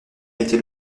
été